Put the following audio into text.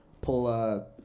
pull